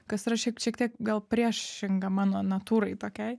kas yra šiek šiek tiek gal priešinga mano natūrai tokiai